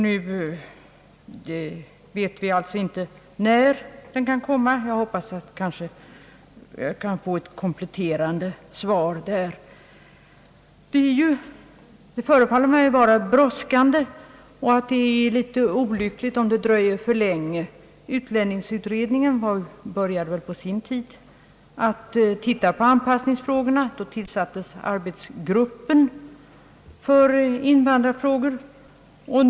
Nu vet vi alltså inte när den kan komma — jag hoppas att eventuellt få ett kompletterande svar på den punkten. Saken förefaller mig vara brådskande. Det är litet olyckligt om utredningen dröjer för länge. Utlänningsutredningen började på sin tid undersöka anpassningsproblemen, men avstod därifrån då arbetsgruppen för invandrarfrågor tillsatts.